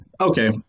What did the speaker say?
okay